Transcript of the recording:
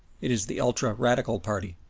it is the ultra-radical party.